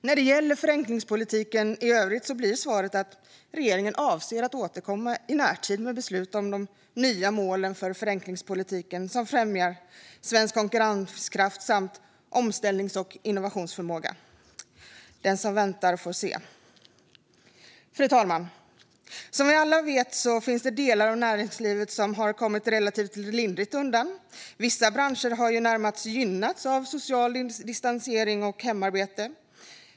När det gäller förenklingspolitiken i övrigt blir svaret följande: "Regeringen avser att återkomma i närtid med beslut om de nya målen för förenklingspolitiken, som främjar svensk konkurrenskraft samt omställnings och innovationsförmåga." Den som väntar får se. Fru talman! Som vi alla vet finns det delar av näringslivet som har kommit relativt lindrigt undan. Vissa branscher har närmast gynnats av social distansering och hemarbete.